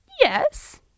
Yes